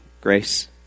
Grace